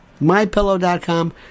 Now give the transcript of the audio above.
MyPillow.com